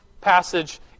passage